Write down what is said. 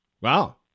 Wow